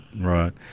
Right